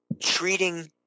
treating